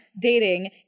dating